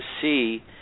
see